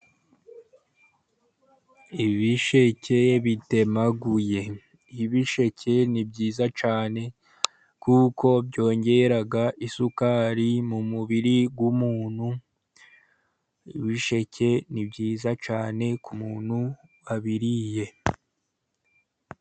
Ibisheke bitemaguye. Ibisheke ni byiza cyane kuko byongera isukari mu mubiri w’umuntu. Ibisheke ni byiza cyane ku muntu wabiriye.